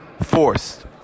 forced